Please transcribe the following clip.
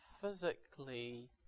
physically